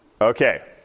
Okay